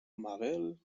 mabel